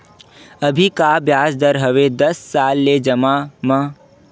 अभी का ब्याज दर हवे दस साल ले जमा मा?